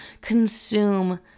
consume